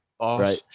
Right